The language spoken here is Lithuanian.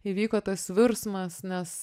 įvyko tas virsmas nes